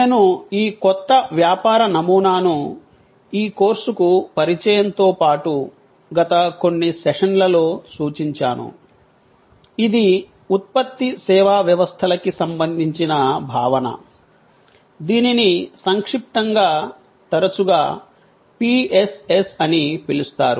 నేను ఈ కొత్త వ్యాపార నమూనాను ఈ కోర్సుకు పరిచయంతో పాటు గత కొన్ని సెషన్లలో సూచించాను ఇది ఉత్పత్తి సేవా వ్యవస్థల కి సంబంధించిన భావన దీనిని సంక్షిప్తంగా తరచుగా పిఎస్ఎస్ అని పిలుస్తారు